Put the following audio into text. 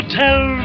tell